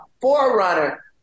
forerunner